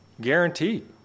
Guaranteed